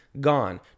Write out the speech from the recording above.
gone